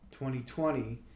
2020